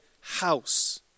house